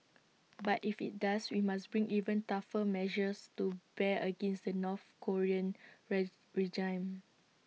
but if IT does we must bring even tougher measures to bear against the north Korean regime